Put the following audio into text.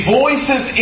voices